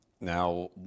now